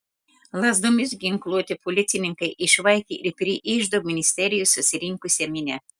lazdomis ginkluoti policininkai išvaikė ir prie iždo ministerijos susirinksią minią